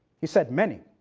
he said many.